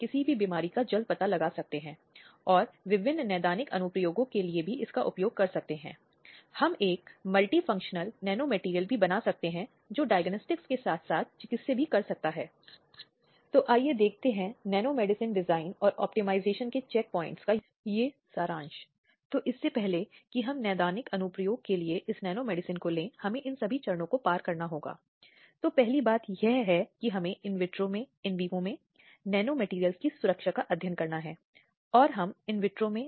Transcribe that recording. इसी तरह के अपराध जो विश्वास प्राधिकरण या नियंत्रण के व्यक्ति द्वारा किए जाते हैं इसलिए ऐसे लोग जो परिस्थितियों का लाभ उठाते हैं जहां ऐसे व्यक्ति पर भरोसा किया जाता है जब ऐसा व्यक्ति प्रभारी या ऐसी महिला या ऐसे नाबालिग के नियंत्रण में हो ये लोग जब वे अपराध करते हैं वे एक बढ़ी हुई सजा के लिए उत्तरदायी बन जाते हैं